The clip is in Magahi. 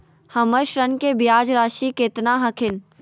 हमर ऋण के ब्याज रासी केतना हखिन?